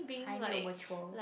还没有 mature